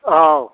औ